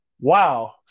Wow